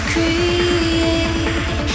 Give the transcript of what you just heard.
Create